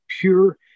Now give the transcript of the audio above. pure